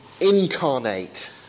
incarnate